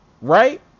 right